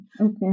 Okay